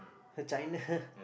the China